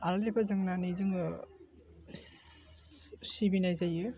आलारि फोजोंनानै जोङो सिबिनाय जायो